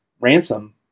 ransom